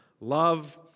Love